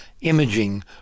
imaging